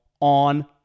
on